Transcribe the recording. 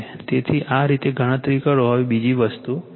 તેથી આ રીતે ગણતરી કરો હવે બીજી વસ્તુ છે